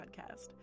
podcast